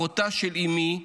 אחותה של אימי,